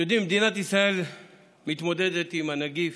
אתם יודעים, מדינת ישראל מתמודדת עם הנגיף,